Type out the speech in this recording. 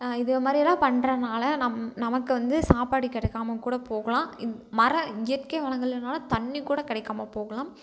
இது மாதிரி எல்லாம் பண்ணுறனால நம் நமக்கு வந்து சாப்பாடு கிடக்காம கூட போகலாம் இந் மர இயற்கை வளங்கள் இல்லைன்னா தண்ணி கூட கிடைக்காம போகலாம்